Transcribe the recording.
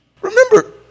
Remember